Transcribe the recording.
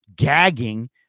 Gagging